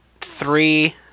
three